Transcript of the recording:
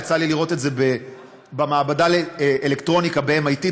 יצא לי לראות את זה במעבדה לאלקטרוניקה ב-MIT,